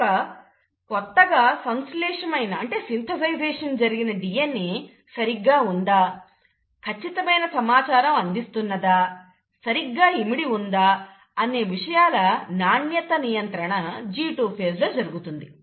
కనుక కొత్తగా సంశ్లేషమైన DNA సరిగ్గా ఉందా ఖచ్చితమైన సమాచారం అందిస్తున్నదా సరిగ్గా ఇమిడి ఉందా అనే విషయాల నాణ్యత నియంత్రణ G2 phase లో జరుగుతుంది